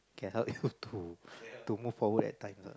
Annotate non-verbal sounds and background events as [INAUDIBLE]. can help [LAUGHS] you to to move forward at times lah